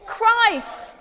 Christ